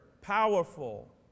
powerful